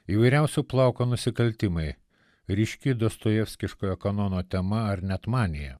įvairiausio plauko nusikaltimai ryški dostojevskiškojo kanono tema ar net manija